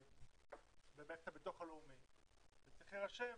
במערכת הביטוח הלאומי וצריך להירשם